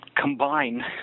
Combine